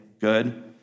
Good